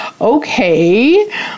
Okay